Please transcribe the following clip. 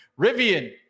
Rivian